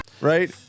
right